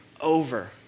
over